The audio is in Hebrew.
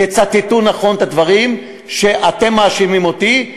תצטטו נכון את הדברים שאתם מאשימים אותי בהם,